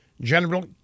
General